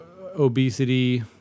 obesity